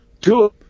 Two